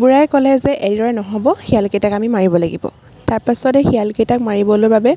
বুঢ়াই ক'লে যে এইদৰে নহ'ব শিয়ালকেইটাক আমি মাৰিব লাগিব তাৰপাছতে শিয়ালকেইটাক মাৰিবলৈ বাবে